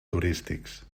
turístics